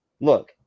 look